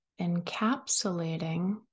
Encapsulating